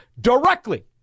directly